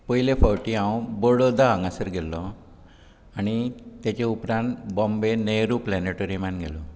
पयले फावटी हांव बडोदा हांगासर गेल्लो आनी तेचे उपरांत बॉम्बे नेहरु प्लॅनेटोरीयमांत गेल्लो